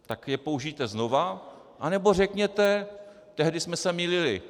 Tak je použijte znova, anebo řekněte: Tehdy jsme se mýlili.